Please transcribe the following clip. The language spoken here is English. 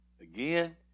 again